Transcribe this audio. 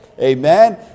Amen